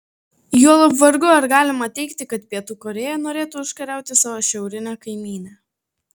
juolab vargu ar galima teigti kad pietų korėja norėtų užkariauti savo šiaurinę kaimynę